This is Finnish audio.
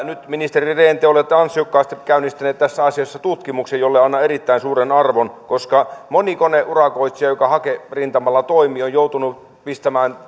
nyt ministeri rehn te olette ansiokkaasti käynnistänyt tässä asiassa tutkimuksen jolle annan erittäin suuren arvon koska moni koneurakoitsija joka hakerintamalla toimii on joutunut pistämään